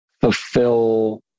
fulfill